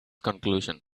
conclusion